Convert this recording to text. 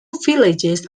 villages